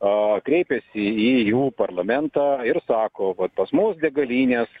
a kreipėsi į jų parlamentą ir sako vat pas mus degalinės